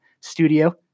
studio